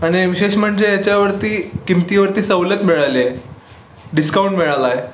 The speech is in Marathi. आणि विशेष म्हणजे याच्यावरती किंमतीवरती सवलत मिळाली आहे डिस्काउंट मिळाला आहे